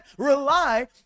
Rely